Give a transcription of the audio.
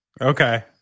okay